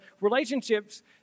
relationships